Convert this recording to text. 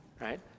right